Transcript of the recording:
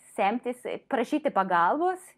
semtis ir prašyti pagalbos